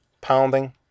pounding